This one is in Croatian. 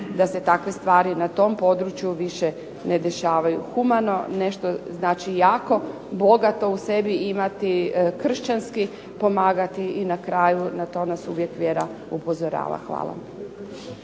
da se takve stvari na tom području više ne dešavaju. Humano nešto znači jako bogato u sebi imati, kršćanski pomagati i na kraju na to nas uvijek vjera upozorava. Hvala.